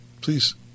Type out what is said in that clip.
please